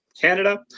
Canada